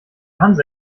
hanse